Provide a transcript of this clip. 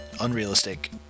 unrealistic